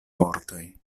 vortoj